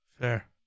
Fair